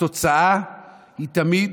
התוצאה היא תמיד,